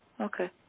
Okay